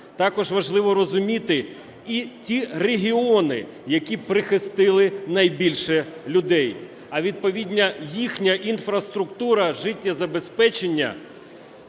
Також важливо розуміти і ті регіони, які прихистили найбільше людей. А відповідно їхня інфраструктура життєзабезпечення